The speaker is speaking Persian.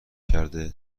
کرده